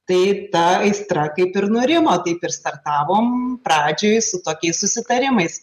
tai ta aistra kaip ir nurimo taip ir startavom pradžioj su tokiais susitarimais